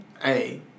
Hey